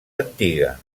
antiga